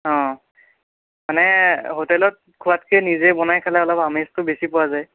অঁ মানে হোটেলত খোৱাতকে নিজে বনাই খালে অলপ আমেজটো বেছি পোৱা যায়